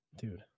dude